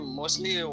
mostly